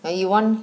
!hey! you want